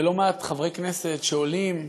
ושומעים לא מעט חברי כנסת שעולים בתקשורת,